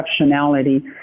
exceptionality